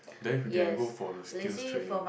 then we can go for the skill's training